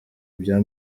bya